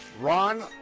Ron